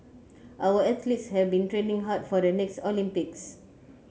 our athletes have been training hard for the next Olympics